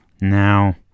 Now